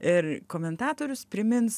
ir komentatorius primins